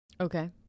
Okay